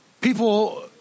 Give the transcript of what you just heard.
People